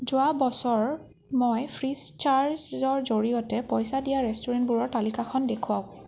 যোৱা বছৰ মই ফ্ৰীচাৰ্জৰ জৰিয়তে পইচা দিয়া ৰেষ্টুৰেণ্টবোৰৰ তালিকাখন দেখুৱাওঁক